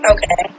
Okay